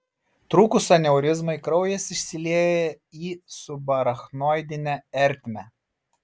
trūkus aneurizmai kraujas išsilieja į subarachnoidinę ertmę